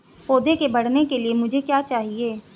पौधे के बढ़ने के लिए मुझे क्या चाहिए?